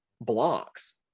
blocks